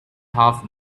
half